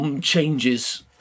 changes